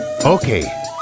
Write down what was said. Okay